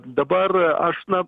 dabar aš na